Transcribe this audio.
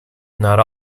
not